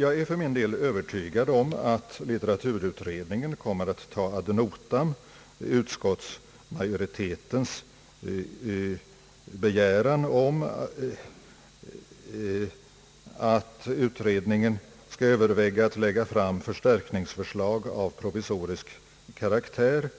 Jag är för min del övertygad om att litteraturutredningen kommer att ta ad notam utskottsmajoritetens begäran om att utredningen skall överväga att lägga fram förstärkningsförslag av provisorisk karaktär